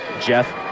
Jeff